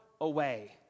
away